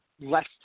less